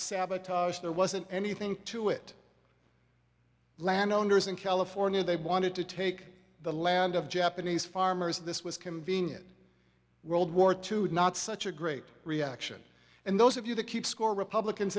sabotage there wasn't anything to it land owners in california they wanted to take the land of japanese farmers this was convenient world war two not such a great reaction and those of you that keep score republicans